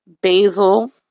basil